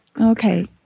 Okay